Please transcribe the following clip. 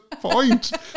point